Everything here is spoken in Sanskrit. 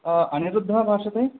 अनिरुद्धः भाषते